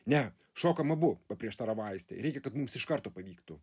ne šokam abu paprieštaravo aistė reikia kad mums iš karto pavyktų